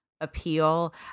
appeal